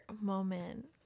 moment